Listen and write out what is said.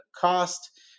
cost